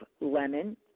lemon